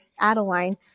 Adeline